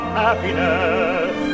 happiness